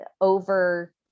over